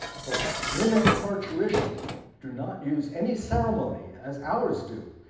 women in parturition do not use any ceremony as ours do.